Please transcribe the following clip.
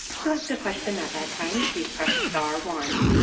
to ask a question at that time, please press one.